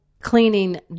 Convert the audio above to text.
cleaning